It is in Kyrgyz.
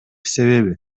себеби